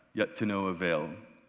yet to no avail,